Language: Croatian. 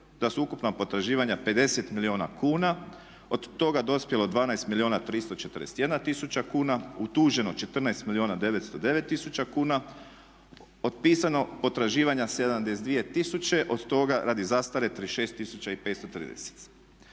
da su ukupna potraživanja 50 milijuna kuna. Od toga dospjelo 12 milijuna 341 tisuća kuna, utuženo 14 milijuna 909 tisuća kuna, otpisano potraživanja 72 tisuće, od toga radi zastare 36 tisuća i 530.